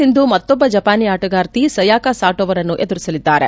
ಸಿಂಧು ಮತ್ತೊಬ್ಬ ಜಪಾನಿ ಆಣಗಾರ್ತಿ ಸಯಾಕ ಸಾಟೊ ಅವರನ್ನು ಎದುರಿಸಲಿದ್ದಾರೆ